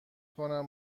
کنم